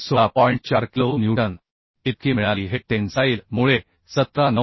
4 kilo newton इतकी मिळाली हे टेन्साईल मुळे 17 9